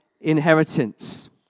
inheritance